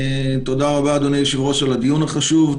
תודה רבה אדוני היושב ראש על הדיון החשוב.